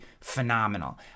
phenomenal